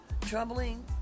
troubling